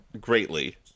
greatly